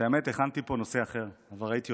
האמת היא שהכנתי נושא אחר, אבל ראיתי אותך,